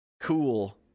Cool